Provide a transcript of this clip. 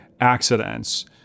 accidents